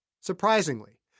Surprisingly